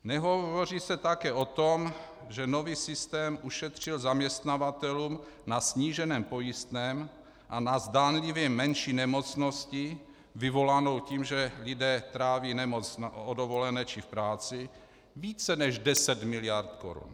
Nehovoří se také o tom, že nový systém ušetřil zaměstnavatelům na sníženém pojistném a na zdánlivě menší nemocnosti vyvolané tím, že lidé tráví nemoc o dovolené či v práci, více než 10 mld. korun.